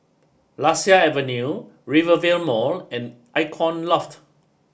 Lasia Avenue Rivervale Mall and Icon Loft